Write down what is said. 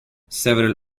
several